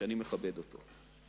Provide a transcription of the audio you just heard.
שאני מכבד אותו,